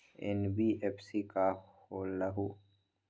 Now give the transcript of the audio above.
NBFC का होलहु?